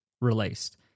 released